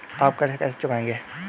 आप कर्ज कैसे चुकाएंगे?